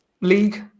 league